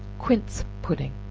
quince pudding